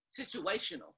situational